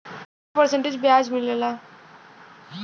कितना परसेंट ब्याज मिलेला?